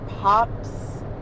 Pops